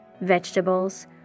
vegetables